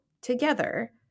together